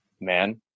man